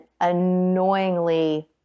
annoyingly